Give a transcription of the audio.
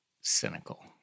cynical